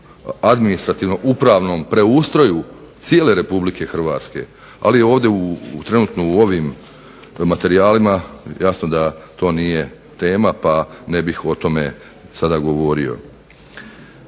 administrativno upravnom preustroju cijele Republike Hrvatske, ali u ovom, trenutno u ovim materijalima jasno da to nije tema ne bih o tome sada govorio.